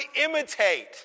imitate